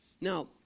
Now